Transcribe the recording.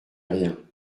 rien